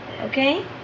okay